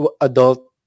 adult